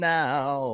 now